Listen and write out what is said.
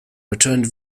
returned